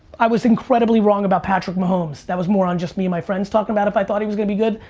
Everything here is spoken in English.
i was incredibly wrong about patrick mahomes. that was more on just me and my friends talking about if i thought he was gonna be good,